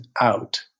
out